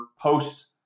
post